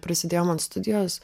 prisidėjo man studijos